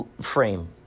frame